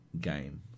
game